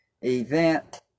Event